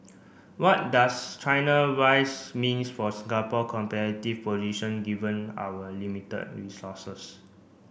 what does China wise means for Singapore competitive position given our limited resources